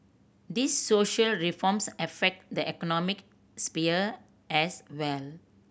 these social reforms affect the economic sphere as well